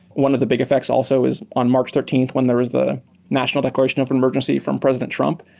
one of the big effects also is on march thirteenth when there is the national declaration of an emergency from president trump,